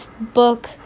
book